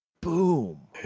Boom